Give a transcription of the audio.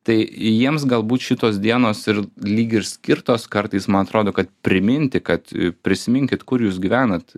tai jiems galbūt šitos dienos ir lyg ir skirtos kartais man atrodo kad priminti kad prisiminkit kur jūs gyvenate